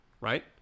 right